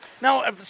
Now